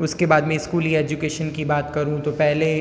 उसके बाद में स्कूली एजुकेशन की बात करूँ तो पहले